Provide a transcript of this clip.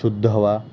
शुद्ध हवा